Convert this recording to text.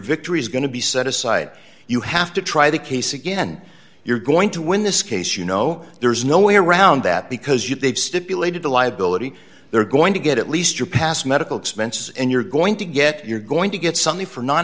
victory is going to be set aside you have to try the case again you're going to win this case you know there's no way around that because you they've stipulated the liability they're going to get at least your past medical expenses and you're going to get you're going to get something for non